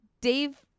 Dave